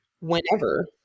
whenever